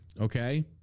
Okay